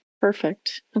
Perfect